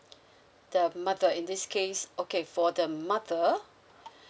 the mother in this case okay for the mother